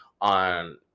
on